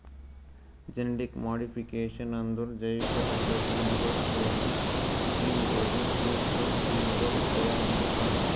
genetic modification ಅಂದುರ್ ಜೈವಿಕ ತಂತ್ರಜ್ಞಾನಗೊಳ್ ಬಳಸಿ ಜೀವಿಗೊಳ್ದು ಜೀನ್ಸ್ಲಿಂತ್ ಜೀವಿಗೊಳ್ ತೈಯಾರ್ ಮಾಡ್ತಾರ್